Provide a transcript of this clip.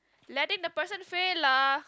letting the person fail lah